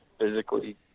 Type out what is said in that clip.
physically